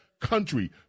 country